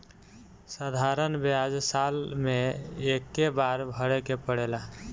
साधारण ब्याज साल मे एक्के बार भरे के पड़ेला